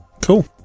Cool